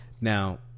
Now